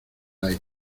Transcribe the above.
aire